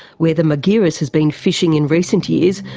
where the margiris has been fishing in recent years,